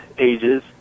ages